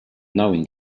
knowing